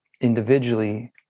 individually